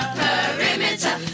perimeter